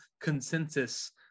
consensus